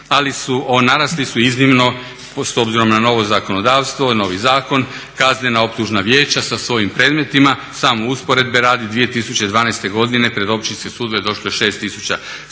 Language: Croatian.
su, narasli su iznimno s obzirom na novo zakonodavstvo, novi zakon kaznena optužna vijeća sa svojim predmetima. Samo usporedbe radi 2012. godine pred općinske sudove došlo je